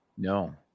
No